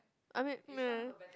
I mean meh